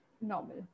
normal